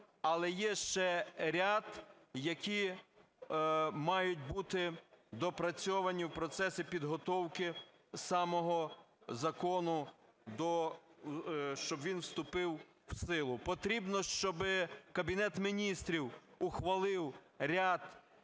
але є ще ряд, які мають бути допрацьовані в процесі підготовки самого закону, щоб він вступив в силу. Потрібно, щоби Кабінет Міністрів ухвалив ряд